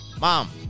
Mom